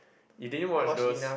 you din watch those